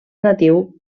natiu